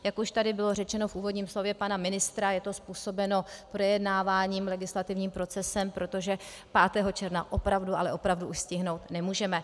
Jak už tady bylo řečeno v úvodním slově pana ministra, je to způsobeno projednáváním, legislativním procesem, protože 5. června opravdu, ale opravdu už stihnout nemůžeme.